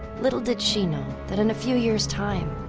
little did she know that in a few years' time,